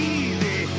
easy